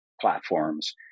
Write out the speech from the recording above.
platforms